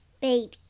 Baby